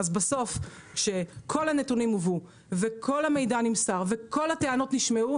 אז בסוף שכל הנתונים הובאו וכל המידע נמסר וכל הטענות נשמעו,